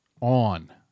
on